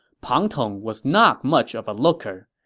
pang tong was not much of a looker.